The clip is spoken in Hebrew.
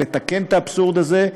לתקן את האבסורד הזה,